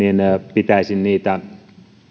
pitäisin ympäristömerkkejä